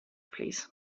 plîs